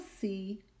see